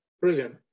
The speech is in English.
Brilliant